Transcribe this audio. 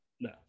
No